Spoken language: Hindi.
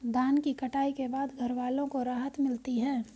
धान की कटाई के बाद घरवालों को राहत मिलती है